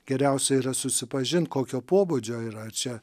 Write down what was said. geriausia yra susipažint kokio pobūdžio yra čia